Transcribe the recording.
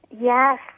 Yes